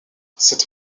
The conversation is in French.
cette